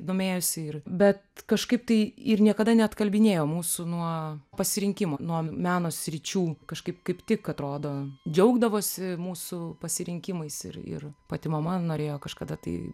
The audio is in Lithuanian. domėjosi ir bet kažkaip tai ir niekada neatkalbinėjo mūsų nuo pasirinkimų nuo meno sričių kažkaip kaip tik atrodo džiaugdavosi mūsų pasirinkimais ir ir pati mama norėjo kažkada tai